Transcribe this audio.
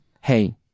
hey